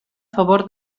favor